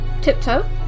tiptoe